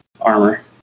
armor